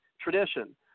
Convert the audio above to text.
tradition